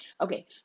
Okay